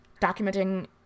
documenting